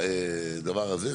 ההסמכה,